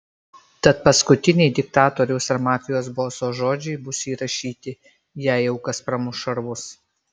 tad paskutiniai diktatoriaus ar mafijos boso žodžiai bus įrašyti jei jau kas pramuš šarvus